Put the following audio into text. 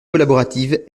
collaborative